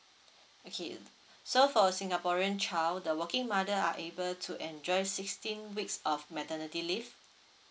okay so for singaporean child the working mother are able to enjoy sixteen weeks of maternity leave